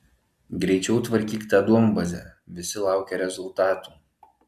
greičiau tvarkyk tą duombazę visi laukia rezultatų